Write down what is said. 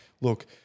look